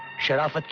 shut up. but